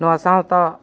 ᱱᱚᱣᱟ ᱥᱟᱶᱛᱟ